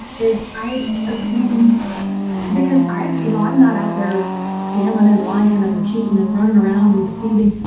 is, i assumed because i, you know, i'm not out there scamming and lying and cheating and running around and deceiving,